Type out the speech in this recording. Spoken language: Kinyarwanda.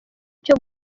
icyo